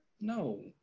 No